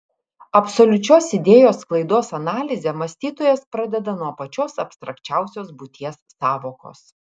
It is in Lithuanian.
absoliučios idėjos sklaidos analizę mąstytojas pradeda nuo pačios abstrakčiausios būties sąvokos